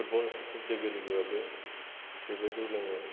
football जोगिरिफोराबो बिबो जौ लोङो